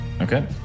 Okay